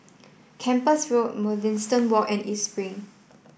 Kempas Road Mugliston Walk and East Spring